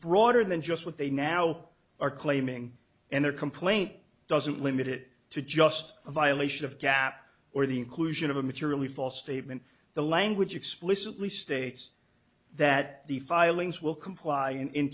broader than just what they now are claiming and their complaint doesn't limit it to just a violation of gap or the inclusion of a materially false statement the language explicitly states that the filings will comply and in